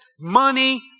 money